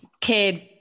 kid